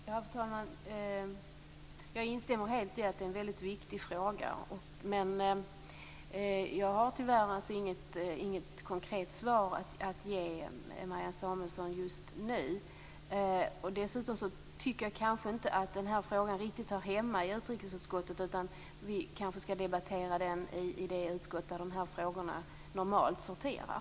Fru talman! Jag instämmer helt i att det är en väldigt viktig fråga. Men jag har tyvärr inget konkret svar att ge Marianne Samuelsson just nu. Dessutom tycker jag inte att den här frågan riktigt hör hemma i utrikesutskottet, utan den skall kanske debatteras i det utskott där dessa frågor normalt sorterar.